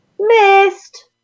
Missed